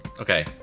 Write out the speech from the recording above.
okay